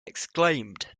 exclaimed